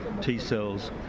T-cells